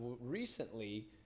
recently